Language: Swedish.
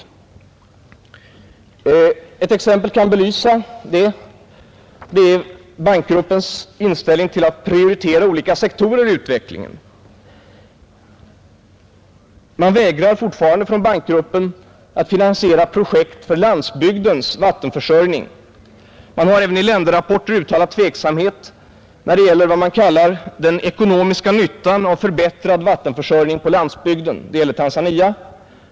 Ett exempel kan belysa detta; det gäller bankgruppens inställning till att prioritera olika sektorer i utvecklingen. Bankgruppen vägrar fortfarande att finansiera projekt för landsbygdens vattenförsörjning. Man har även i länderrapporter uttalat tveksamhet när det gäller vad man kallar den ekonomiska nyttan av förbättrad vattenförsörjning på landsbygden — det gäller Tanzania.